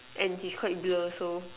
and he's quite blur so